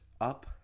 Up